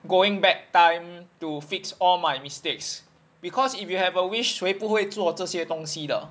going back time to fix all my mistakes cause if you have a wish 谁不会做这些东西的